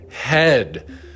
head